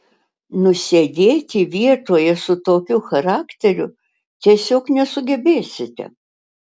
nusėdėti vietoje su tokiu charakteriu tiesiog nesugebėsite